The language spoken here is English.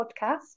podcast